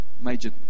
major